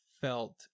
felt